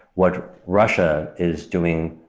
what russia is doing,